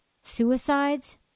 suicides